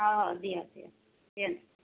ହଁ ଦିଅ ଦିଅ ଦିଅନ୍ତୁ